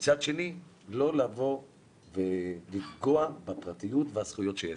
ומצד שני, לא לפגוע בפרטיות ובזכויות שלהם.